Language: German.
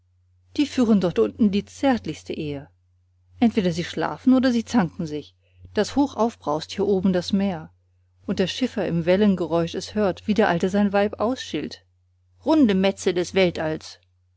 die führen dort unten die zärtlichste ehe entweder sie schlafen oder sie zanken sich daß hochaufbraust hier oben das meer und der schiffer im wellengeräusch es hört wie der alte sein weib ausschilt runde metze des weltalls